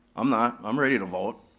i'm not, i'm ready to vote.